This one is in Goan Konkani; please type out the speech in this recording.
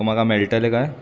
सो म्हाका मेळटलें कांय